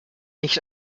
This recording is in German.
nicht